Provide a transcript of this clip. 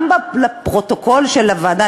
גם לפרוטוקול של הוועדה,